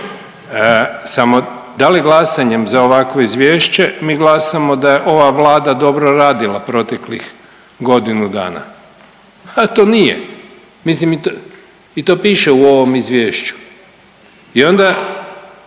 samo da li glasanjem za ovakvo izvješće mi glasamo da je ova Vlada dobro radila proteklih godinu dana, a to nije. Mislim i to piše u ovom izvješću. I onda